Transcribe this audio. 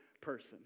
person